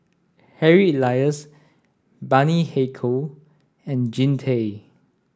Harry Elias Bani Haykal and Jean Tay